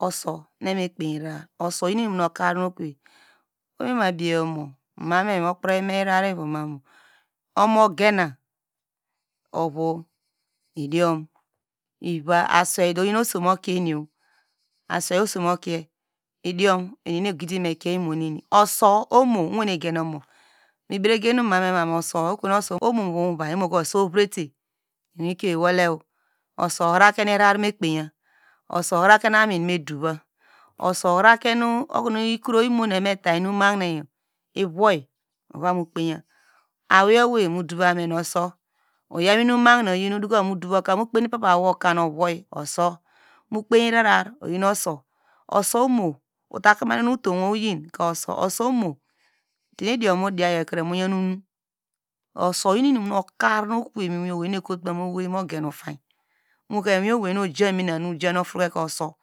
Uso nu evame kpiyi rara uso oyinu inum nu okar okove, mamame mukpreme ivara ivomamu, omogenam ovu, idiom iva, asweido oyin oso mukie eni, idiom eni nu egidimeki imuneni uso omo owene gen omo mibregen mama me ma mu okoyo nu uso ovrete iwikio iwole, uso ohiruke ivarame keiya uso ohivake amin medova, uso ohivake nu okonu ikroimu nu eva mutamumahine yor ivor, ovamu kpeya awei owe mudou amin uso, uta kamane utum uso, mukpei irara oyin uso, uta kamane utum uso omo tunu idiom mu diya yawkre miya inum uso uyinu inum nu kar